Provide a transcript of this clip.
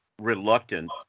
reluctant